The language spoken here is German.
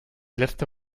letzte